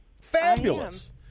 Fabulous